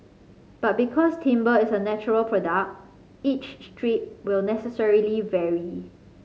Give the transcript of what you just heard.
but because timber is a natural product each strip will necessarily vary